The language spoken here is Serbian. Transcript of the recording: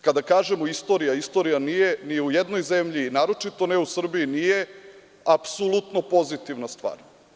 Kada kažemo istorija, istorija nije ni u jednoj zemlji, naročito ne u Srbiji, nije apsolutno pozitivna stvar.